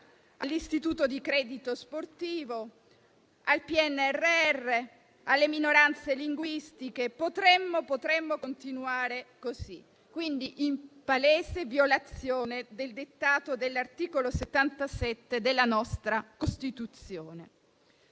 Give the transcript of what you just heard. dell'istituto di credito sportivo, del PNRR, delle minoranze linguistiche (e potremmo continuare così), in palese violazione del dettato dell'articolo 77 della nostra Costituzione.